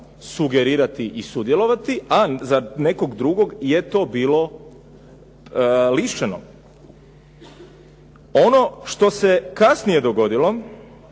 sugerirati i sudjelovati, a za nekog drugog je to bilo lišeno. Ono što se kasnije dogodilo